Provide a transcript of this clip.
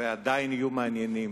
ועדיין הם יהיו מעניינים,